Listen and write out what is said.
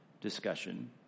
discussion